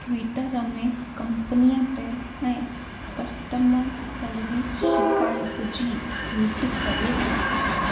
Twitter में कंपनीअ ते ऐं कस्टमर सर्विस शिक़ायत जी ट्वीट करियो